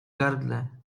gardle